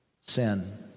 sin